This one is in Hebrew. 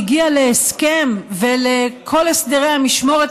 הם הגיעו להסכם ולכל הסדרי המשמורת,